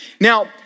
Now